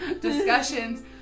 discussions